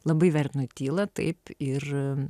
labai vertinu tylą taip ir